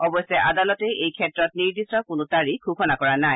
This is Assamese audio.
অৱশ্যে আদালতে এইক্ষেত্ৰত নিৰ্দিষ্ট কোনো তাৰিখ ঘোষণা কৰা নাই